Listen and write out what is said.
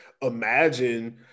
imagine